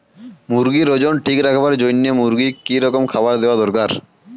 মুরগির ওজন ঠিক রাখবার জইন্যে মূর্গিক কি রকম খাবার দেওয়া দরকার?